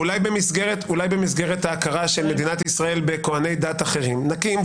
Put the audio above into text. אולי במסגרת ההכרה של מדינת ישראל בכוהני דת אחרים נקים.